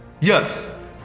Yes